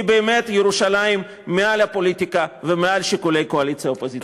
כי באמת ירושלים מעל הפוליטיקה ומעל שיקולי קואליציה אופוזיציה.